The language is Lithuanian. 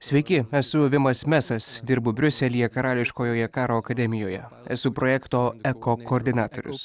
sveiki esu vimas mesas dirbu briuselyje karališkojoje karo akademijoje esu projekto eko koordinatorius